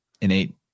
innate